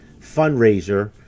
fundraiser